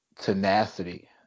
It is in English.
tenacity